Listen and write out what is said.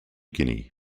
guinea